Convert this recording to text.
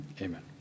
Amen